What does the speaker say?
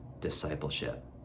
discipleship